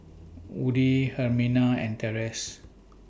Woody Herminia and Terese